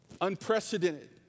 unprecedented